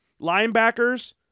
Linebackers